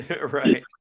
Right